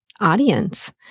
audience